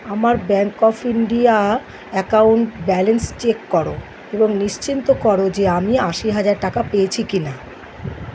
আমার bank of India account balance check করো এবং নিশ্চিন্ত করো যে আমি আশি হাজার টাকা পেয়েছি কি না